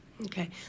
Okay